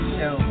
Show